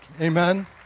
Amen